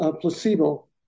placebo